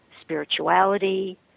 spirituality